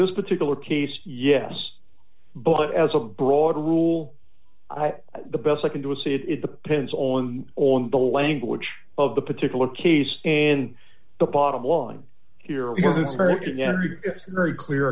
this particular case yes but as a broad rule the best i can do is say that it depends on on the language of the particular case and the bottom line here because it's very